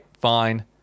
fine